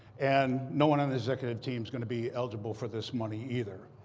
and no one on the executive team is going to be eligible for this money either.